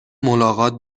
ملاقات